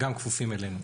גם כפופים אלינו.